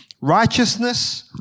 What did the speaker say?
Righteousness